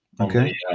Okay